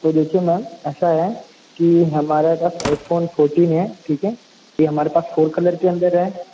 तो देखिये मेम ऐसा है कि हमारे पास आईफोन फोर्टीन है ठीक है ये हमारे पास फ़ोर कलर के अंदर है